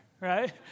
right